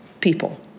people